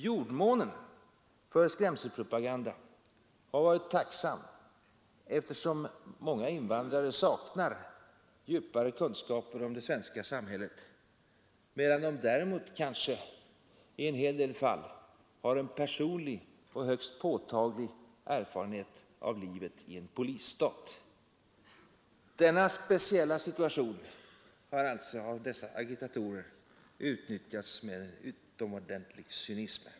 Jordmånen för skrämselpropaganda har varit tacksam, eftersom många invandrare saknar djupare kunskaper om det svenska samhället, medan de däremot kanske i en hel del fall har en personlig och högst påtaglig erfarenhet av livet i en polisstat. Denna speciella situation har alltså dessa agitatorer utnyttjat med en utomordentlig cynism.